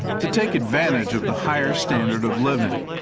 to take advantage of the higher standard of living.